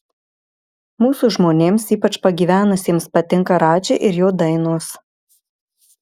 mūsų žmonėms ypač pagyvenusiems patinka radži ir jo dainos